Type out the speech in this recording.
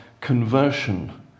conversion